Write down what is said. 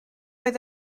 oedd